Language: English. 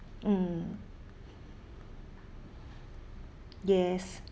mm yes